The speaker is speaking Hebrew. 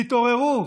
תתעוררו,